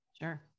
Sure